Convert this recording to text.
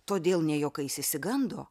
todėl ne juokais išsigando